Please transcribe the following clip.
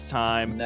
time